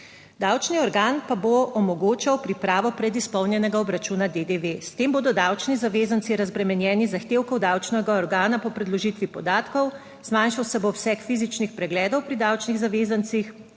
davčni organ pa bo omogočal pripravo predizpolnjenega obračuna DDV. S tem bodo davčni zavezanci razbremenjeni zahtevkov davčnega organa po predložitvi podatkov. Zmanjšal se bo obseg fizičnih pregledov pri davčnih zavezancih,